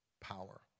power